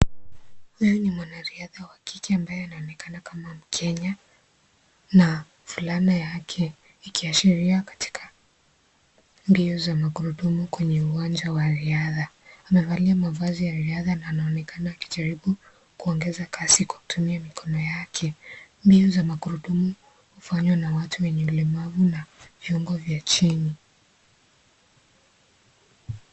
Huyu ni mwanariadha wa kike ambaye anaonekana kama Mkenya, na fulana yake ikiashiria katika mbio za magurudumu kwenye uwanja wa riadha. Amevalia mavazi ya riadha na anaonekana akijaribu kuongeza kasi kwa kutumia mikono yake. Mbio za magurudumu hufanywa na watu wenye mlemavu na viungo vya chini.